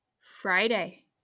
Friday